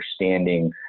understanding